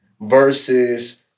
versus